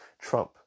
Trump